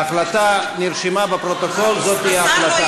ההחלטה נרשמה בפרוטוקול, זאת ההחלטה, אין בלתה.